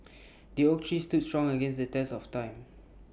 the oak tree stood strong against the test of time